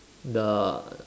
the